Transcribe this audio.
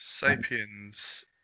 Sapien's